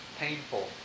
painful